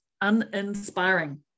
uninspiring